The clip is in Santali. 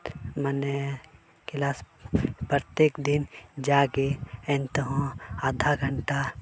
ᱢᱟᱱᱮ ᱠᱞᱟᱥ ᱯᱚᱨᱛᱮᱠ ᱫᱤᱱ ᱡᱟᱜᱮ ᱮᱱ ᱛᱮ ᱦᱚᱸ ᱟᱫᱷᱟ ᱜᱷᱚᱱᱴᱟ